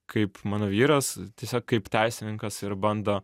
kaip mano vyras tiesiog kaip teisininkas ir bando